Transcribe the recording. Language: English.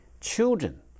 children